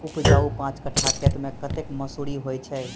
उपजाउ पांच कट्ठा खेत मे कतेक मसूरी होइ छै?